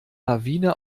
lawine